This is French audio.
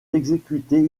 exécuter